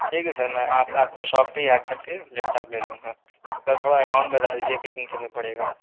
ٹھیک ہے سر میں آپ آپ کی شاپ پہ ہی آ کر کے لیپٹ ٹاپ لے لوں گا سر تھوڑا اماؤنٹ بتا دیجیے کتنے تک میں پڑے گا وہ